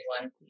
one